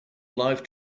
live